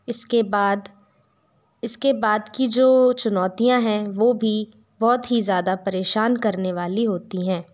इसके बाद इसके बाद की जो चुनौतियाँ हैं वो भी बहुत ही ज़्यादा परेशान करने वाली होती हैं